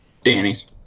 Danny's